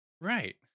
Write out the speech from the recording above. Right